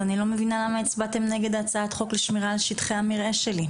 אז אני לא מבינה למה הצבעתם נגד הצעת החוק לשמירה על שטחי המרעה שלי,